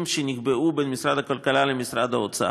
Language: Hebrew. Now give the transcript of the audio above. שנקבעו בין משרד הכלכלה למשרד האוצר,